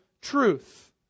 truth